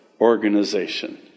Organization